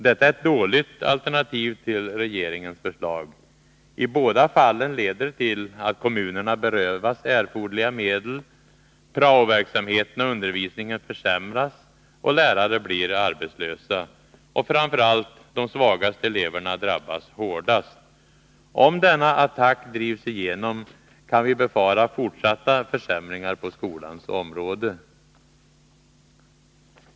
Detta är ett dåligt alternativ till regeringens förslag. I båda fallen leder det till att kommunerna berövas erforderliga medel, prao-verksamheten och undervisningen försämras och lärare blir arbetslösa. Och, framför allt, de svagaste eleverna drabbas hårdast. Om denna attack drivs igenom kan vi befara fortsatta försämringar på skolans område.